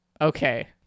okay